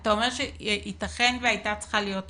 אתה אומר שייתכן והייתה צריכה להיות אחות.